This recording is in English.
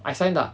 I signed up